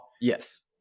yes